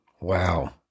Wow